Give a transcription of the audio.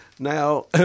Now